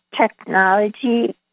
technology